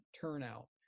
turnout